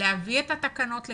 להביא את התקנות לכאן.